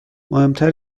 مهمتر